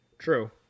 True